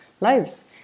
lives